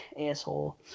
asshole